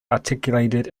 articulated